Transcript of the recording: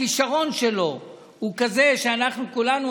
הכישרון שלו הוא כזה שאנחנו כולנו,